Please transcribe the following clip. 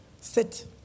sit